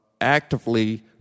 actively